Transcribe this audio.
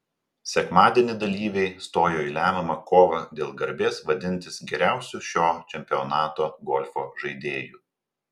sekmadienį dalyviai stojo į lemiamą kovą dėl garbės vadintis geriausiu šio čempionato golfo žaidėju